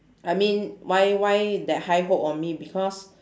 I mean why why that high hope on me because